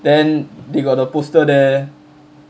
then they got the poster there